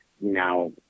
now